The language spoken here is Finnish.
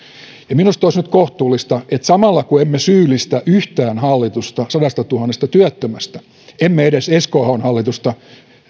minusta olisi nyt kohtuullista että emme syyllistä yhtään hallitusta sadastatuhannesta työttömästä kun emme syyllistä edes esko ahon hallitusta